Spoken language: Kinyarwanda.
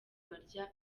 barya